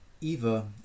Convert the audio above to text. Eva